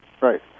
Right